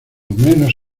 menos